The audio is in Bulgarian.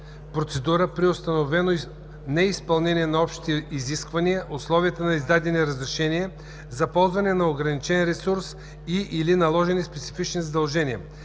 процедура при установено неизпълнение на общите изисквания, условията на издадени разрешения за ползване на ограничен ресурс и/или на наложени специфични задължения.